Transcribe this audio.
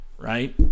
right